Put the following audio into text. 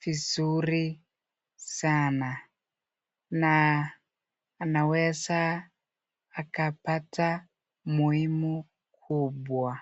vizuri sana na anaweza akapata muhimu kubwa.